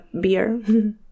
beer